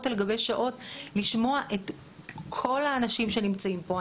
על גבי שעות לשמוע את כל האנשים שנמצאים פה.